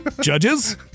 Judges